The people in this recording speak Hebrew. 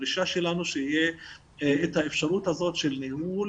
הדרישה שלנו שתהיה את האפשרות הזאת של ניהול